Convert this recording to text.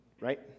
right